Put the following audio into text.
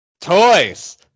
Toys